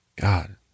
god